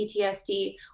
PTSD